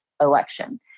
election